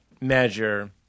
measure